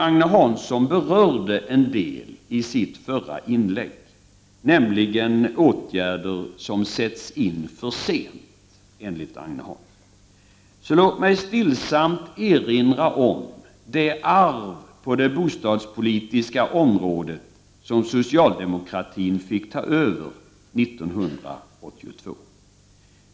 Agne Hansson menade i sitt förra inlägg att en del åtgärder har satts in för sent. Låt mig då stillsamt erinra om det arv på det bostadspolitiska området som socialdemokratin fick ta över 1982.